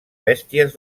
bèsties